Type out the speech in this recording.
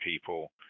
people